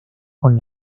con